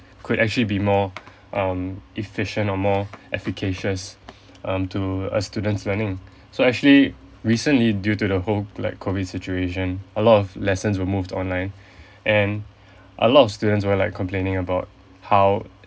could actually be more um efficient or more efficacious um to a student's learning so actually recently due to the whole like COVID situation a lot of lessons were moved online and a lot of students were like complaining about how